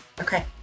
Okay